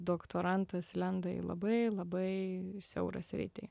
doktorantas lenda į labai labai siaurą sritį